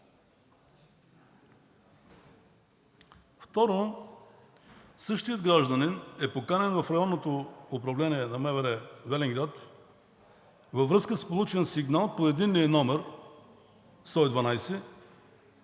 Второ, същият гражданин е поканен в Районното управление на МВР – Велинград, във връзка с получен сигнал по единния номер 112